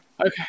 okay